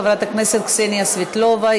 חברת הכנסת קסניה סבטלובה,